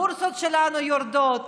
הבורסות שלנו יורדות,